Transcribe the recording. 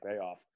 payoff